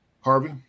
Harvey